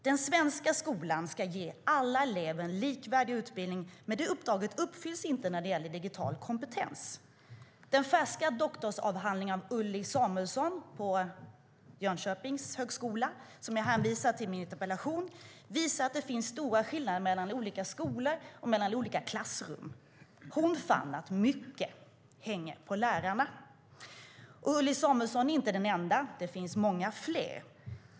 Den svenska skolan ska ge alla elever en likvärdig utbildning, men det uppdraget uppfylls inte när det gäller digital kompetens. Den färska doktorsavhandling av Ulli Samuelsson på Jönköpings högskola jag hänvisar till i min interpellation visar att det finns stora skillnader mellan olika skolor och mellan olika klassrum. Hon fann att mycket hänger på lärarna. Ulli Samuelsson är inte heller den enda, utan det finns många fler.